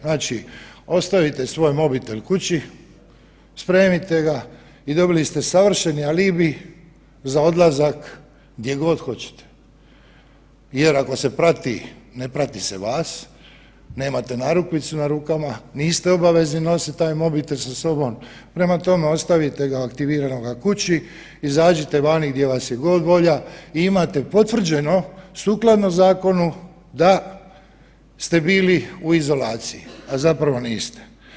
Znači, ostavite svoj mobitel kući, spremite ga i dobili ste savršen alibi za odlazak gdje god hoćete jer ako se prati ne prati se vas, nemate narukvicu na rukama, niste obavezni nositi taj mobitel sa sobom, prema tome ostavite ga aktiviranog kući, izađite vani gdje vas je god volja i imate potvrđeno sukladno zakonu da ste bili u izolaciji, a zapravo niste.